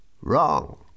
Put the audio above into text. Wrong